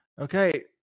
Okay